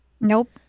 Nope